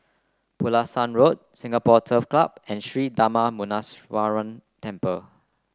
Pulasan Road Singapore Turf Club and Sri Darma Muneeswaran Temple